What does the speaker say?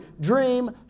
Dream